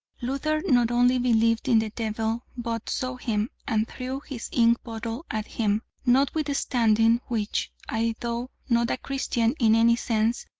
luther not only believed in the devil, but saw him, and threw his ink-bottle at him notwithstanding which, i, though not a christian in any sense,